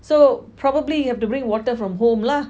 probably you have to bring water from home lah